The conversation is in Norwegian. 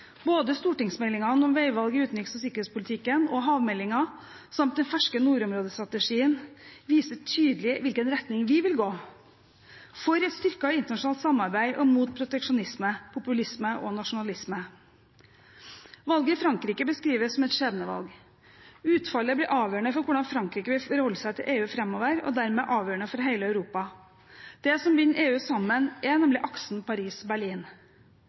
Både stortingsmeldingen om veivalg i utenriks- og sikkerhetspolitikken og havmeldingen samt den ferske nordområdestrategien viser tydelig hvilken retning vi vil gå i, for et styrket internasjonalt samarbeid og mot proteksjonisme, populisme og nasjonalisme. Valget i Frankrike beskrives som et skjebnevalg. Utfallet blir avgjørende for hvordan Frankrike vil forholde seg til EU framover, og dermed avgjørende for hele Europa. Det som binder EU sammen, er aksen